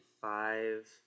five